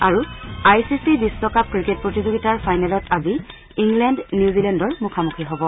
আৰু I C C বিশ্বকাপ cricket প্ৰতিযোগিতাৰ ফাইনেলত আজি ইংলেণ্ড নিউজিলেণ্ডৰ মুখামুখি হ'ব